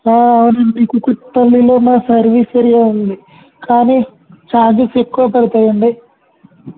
అవునండి కూకట్పల్లిలో మా సర్వీస్ ఏరియా ఉంది కానీ ఛార్జెస్ ఎక్కువ పడతాయండి